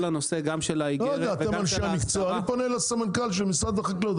אנשי המקצוע, אני פונה לסמנכ"ל משרד החקלאות.